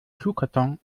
schuhkarton